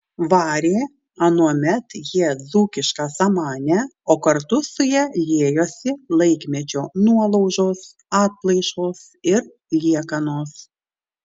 varė anuomet jie dzūkišką samanę o kartu su ja liejosi laikmečio nuolaužos atplaišos ir liekanos